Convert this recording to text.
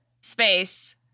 space